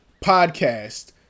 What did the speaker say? Podcast